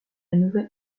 nouvelle